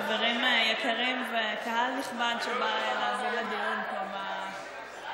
חברים יקרים וקהל נכבד שבא הנה לדיון פה במליאה,